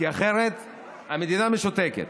כי אחרת המדינה משותקת.